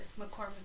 McCormick